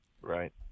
Right